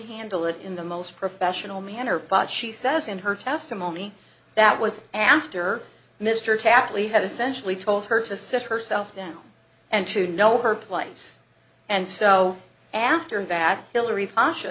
handle it in the most professional manner but she says in her testimony that was after mr tapley had essentially told her to sit herself down and to know her place and so after that hilary pasha